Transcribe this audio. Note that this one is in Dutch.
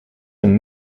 een